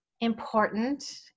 important